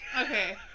Okay